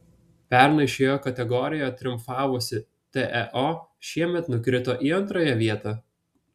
pernai šioje kategorijoje triumfavusi teo šiemet nukrito į antrąją vietą